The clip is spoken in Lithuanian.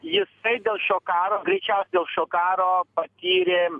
jisai dėl šio karo greičiausia dėl šio karo patyrė